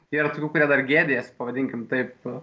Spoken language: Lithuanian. yra tokių kurie dar gėdijasi pavadinkim taip